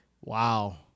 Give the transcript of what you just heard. Wow